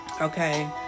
okay